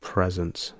Presence